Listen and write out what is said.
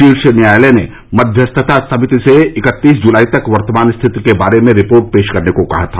शीर्ष न्यायालय ने मध्यस्थता समिति से इकत्तीस जुलाई तक वर्तमान स्थिति के बारे में रिपोर्ट पेश करने को कहा था